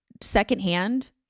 secondhand